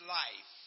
life